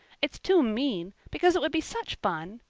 it's too mean, because it would be such fun.